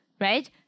right